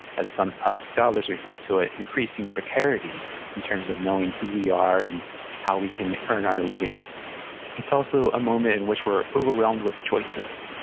as some scholars refer to it, increasing precarity in terms of knowing who we are and how we can earn our living it's also a moment in which we're overwhelmed with choices.